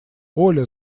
оля